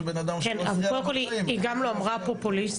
היא גם לא אמרה פופוליסט.